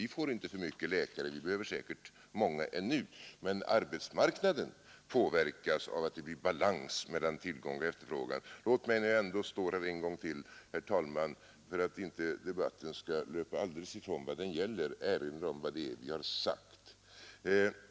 Vi får inte för många läkare utan behöver säkert många ännu. Men arbetsmarknaden påverkas av att det blir balans mellan tillgång och efterfrågan. Låt mig, när jag nu står här, en gång till, herr talman, för att inte debatten skall löpa alldeles ifrån vad den gäller erinra om vad vi har sagt.